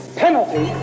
penalty